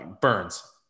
Burns